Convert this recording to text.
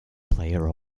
player